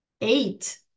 eight